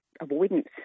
avoidance